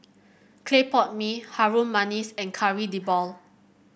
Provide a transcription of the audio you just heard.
Clay Pot Mee Harum Manis and Kari Debal